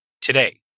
today